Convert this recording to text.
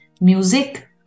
music